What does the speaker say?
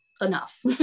enough